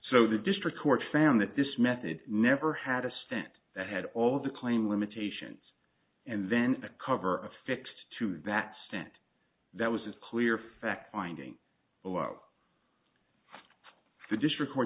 so the district court found that this method never had a stent that had all the claim limitations and then a cover affixed to that stent that was clear fact finding below the district